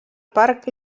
parc